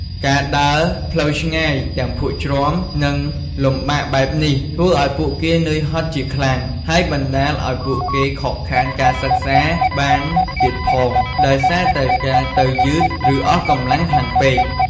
ការដើរផ្លូវឆ្ងាយទាំងភក់ជ្រាំ និងលំបាកបែបនេះ ធ្វើឱ្យពួកគេនឿយហត់ជាខ្លាំង ហើយបណ្ដាលឱ្យពួកគេខកខានការសិក្សាបានទៀតផង ដោយសារតែការទៅយឺត ឬអស់កម្លាំងខ្លាំងពេក។